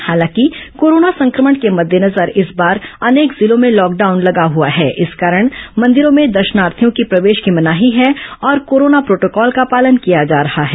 हालांकि कोरोना संक्रमण के मद्देनजर इस बार अनेक जिलों में लॉकडाउन लगा हुआ है इस कारण मंदिरों में दर्शनार्थियों के प्रवेश की मनाही है और कोरोना प्रोटोकॉल का पालन किया जा रहा है